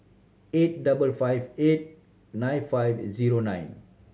eight double five eight nine five zero nine